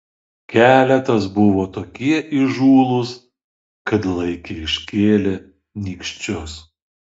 keletas buvo tokie įžūlūs kad laikė iškėlę nykščius